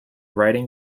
writing